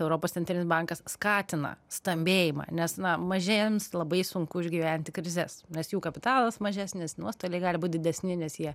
europos centrinis bankas skatina stambėjimą nes na mažiems labai sunku išgyventi krizes nes jų kapitalas mažesnis nuostoliai gali būt didesni nes jie